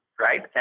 right